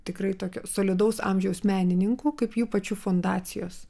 tikrai tokio solidaus amžiaus menininkų kaip jų pačių fundacijos